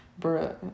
Bruh